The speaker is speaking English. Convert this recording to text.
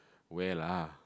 where lah